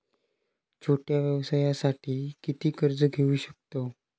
छोट्या व्यवसायासाठी किती कर्ज घेऊ शकतव?